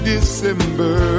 December